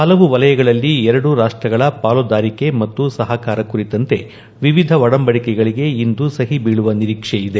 ಹಲವು ವಲಯಗಳಲ್ಲಿ ಎರಡೂ ರಾಷ್ಟಗಳ ಪಾಲುದಾರಿಕೆ ಮತ್ತು ಸಹಕಾರ ಕುರಿತಂತೆ ವಿವಿಧ ಒಡಂಬಡಿಕೆಗಳಿಗೆ ಇಂದು ಸಹಿಬೀಳುವ ನಿರೀಕ್ಷೆ ಇದೆ